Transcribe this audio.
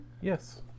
Yes